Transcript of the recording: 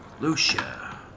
Lucia